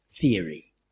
theory